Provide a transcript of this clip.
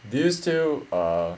do you still err